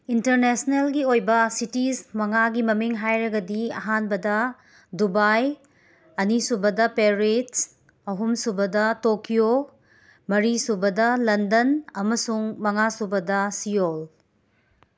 ꯏꯟꯇꯔꯅꯦꯁꯅꯦꯜꯒꯤ ꯑꯣꯏꯕ ꯁꯤꯇꯤꯁ ꯃꯉꯥꯒꯤ ꯃꯃꯤꯡ ꯍꯥꯏꯔꯒꯗꯤ ꯑꯍꯥꯟꯕꯗ ꯗꯨꯕꯥꯏ ꯑꯅꯤꯁꯨꯕꯗ ꯄꯦꯔꯤꯠꯆ ꯑꯍꯨꯝꯁꯨꯕꯗ ꯇꯣꯀ꯭ꯌꯣ ꯃꯔꯤꯁꯨꯕꯗ ꯂꯟꯗꯟ ꯑꯃꯁꯨꯡ ꯃꯉꯥꯁꯨꯕꯗ ꯁꯤꯌꯣꯜ